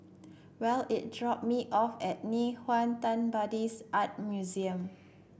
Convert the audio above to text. Well is drop me off at Nei Xue Tang Buddhist Art Museum